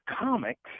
comics